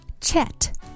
Chat